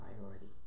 priority